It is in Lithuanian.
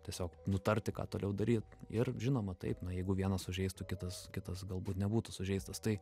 tiesiog nutarti ką toliau daryt ir žinoma taip na jeigu vieną sužeistų kitas kitas galbūt nebūtų sužeistas tai